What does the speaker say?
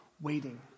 waiting